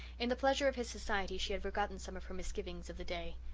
in the pleasure of his society she had forgotten some of her misgivings of the day.